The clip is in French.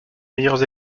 meilleures